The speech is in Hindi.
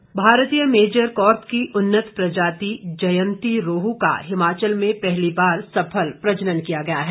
मत्स्य बीज भारतीय मेजर कार्प की उन्नत प्रजाति जयंती रोहू का हिमाचल में पहली बार सफल प्रजनन किया गया है